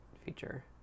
feature